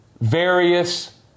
various